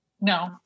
No